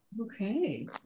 Okay